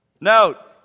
Note